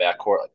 backcourt